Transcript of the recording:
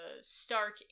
Stark